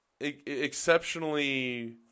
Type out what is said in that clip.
exceptionally